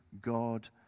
God